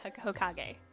Hokage